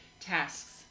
tasks